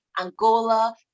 Angola